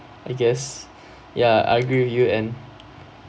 I guess ya I agree with you and